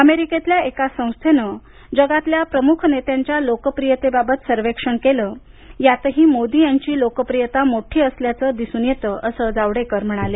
अमेरिकेतल्या एका संस्थेनं जगातल्या प्रमुख नेत्यांच्या लोकप्रियतेबाबत सर्वेक्षण केलं यातही मोदी यांची लोकप्रियता मोठी असल्याचं दिसून येत असं ते जावडेकर म्हणाले